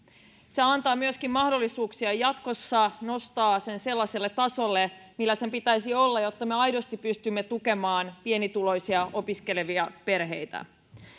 se antaa myöskin mahdollisuuksia jatkossa nostaa se sellaiselle tasolle millä sen pitäisi olla jotta me aidosti pystymme tukemaan pienituloisia opiskelevia perheitä